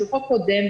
זה חוק קודם,